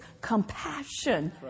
compassion